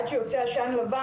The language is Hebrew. עד שיוצא עשן לבן,